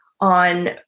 on